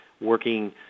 working